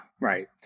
right